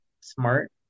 Smart